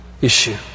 issue